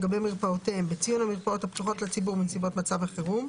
לגבי מרפאותיהם בציון המרפאות הפתוחות לציבור בנסיבות מצב החירום,